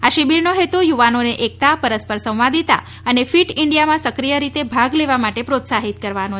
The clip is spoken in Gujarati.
આ શિબિરનો હેતુ યુવાનોને એકતા પરસ્પર સંવાદિતા અને ફીટ ઇન્ડિયામાં સક્રિય રીતે ભાગ લેવા માટે પ્રોત્સાહિત કરવાનો છે